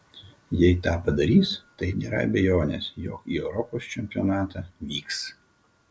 jei tą padarys tai nėra abejonės jog į europos čempionatą vyks